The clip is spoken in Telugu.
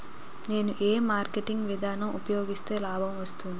నేను ఏ మార్కెటింగ్ విధానం ఉపయోగిస్తే లాభం వస్తుంది?